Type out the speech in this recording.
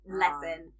lesson